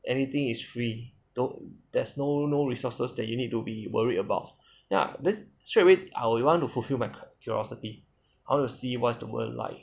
anything is free no there's no no resources that you need to be worried about then straightaway I will want to fulfil my curiosity I want to see what's the world like